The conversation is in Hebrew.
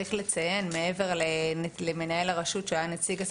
צריך לציין מעבר למנהל הרשות שהיה נציג השר